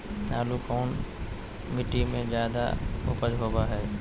आलू कौन मिट्टी में जादा ऊपज होबो हाय?